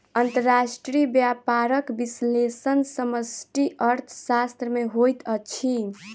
अंतर्राष्ट्रीय व्यापारक विश्लेषण समष्टि अर्थशास्त्र में होइत अछि